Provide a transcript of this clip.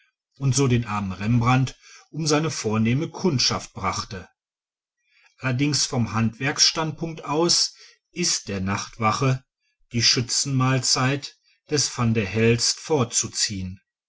und so den armen rembrandt um seine vornehme kundschaft brachte allerdings vom handwerksstandpunkt aus ist der nachtwache die schützenmahlzeit des van der helst vorzuziehen